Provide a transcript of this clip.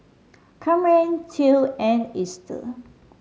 Camren Theo and Ester